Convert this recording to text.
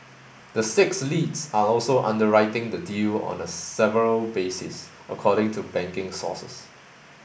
the six leads are also underwriting the deal on a several basis according to banking sources